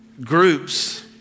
groups